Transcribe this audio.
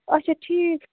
اچھا ٹھیٖک